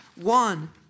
one